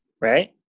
right